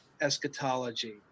eschatology